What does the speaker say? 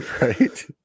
right